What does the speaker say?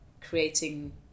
creating